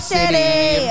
City